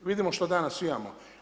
Vidimo što danas imamo.